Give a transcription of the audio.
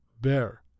bear